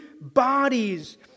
bodies